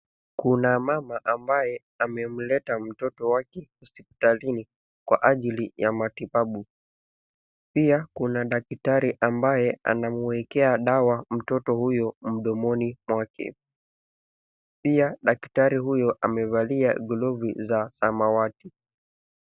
Kuna mama ambaye amemleta mtoto wake hospitalini kwa ajili ya matibabu. Pia kuna daktari ambaye anamwekea mdogo huyu mdongo mwake, pia daktari huyu amevalia glavu za samawati.